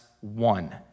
one